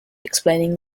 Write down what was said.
explaining